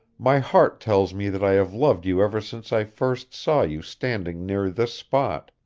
my heart tells me that i have loved you ever since i first saw you standing near this spot.